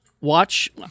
Watch